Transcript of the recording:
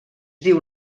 diu